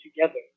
together